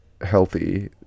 healthy